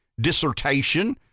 dissertation